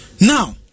Now